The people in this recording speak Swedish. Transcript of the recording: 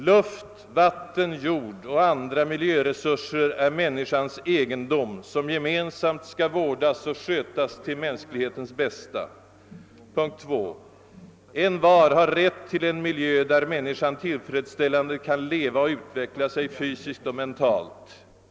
Luft, vatten, jord och andra miljöresurser är människans egendom, som gemensamt skall vårdas och skötas till mänsklighetens bästa. II. Envar har rätt till en miljö där människan tillfredsställande kan leva och utveckla sig fysiskt och mentalt.